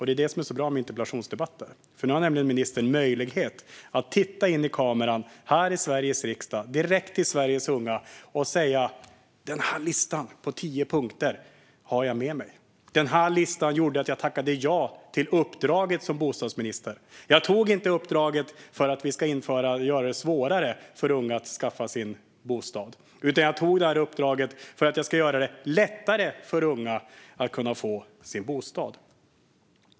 Det är det som är så bra med interpellationsdebatter. Nu har ministern möjlighet att titta in i kameran i Sveriges riksdag, direkt till Sveriges unga, och säga att den här listan på tio punkter har hon med sig. Den här listan gjorde att hon tackade ja till uppdraget som bostadsminister. Ministern tog inte uppdraget för att göra det svårare för unga att skaffa sig en bostad, utan hon tog uppdraget för att göra det lättare för unga att skaffa sig en bostad.